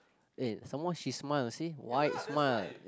eh some more she smile see wide smile